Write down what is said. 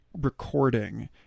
recording